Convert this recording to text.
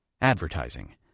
advertising